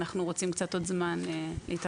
אנחנו רוצים עוד קצת זמן להתארגנות.